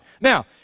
Now